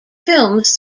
films